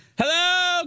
hello